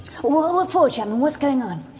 what for, chapman? what's going on?